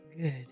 Good